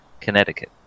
Connecticut